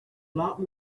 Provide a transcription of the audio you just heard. lot